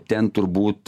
ten turbūt